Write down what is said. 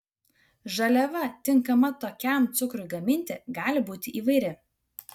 žaliava tinkama tokiam cukrui gaminti gali būti įvairi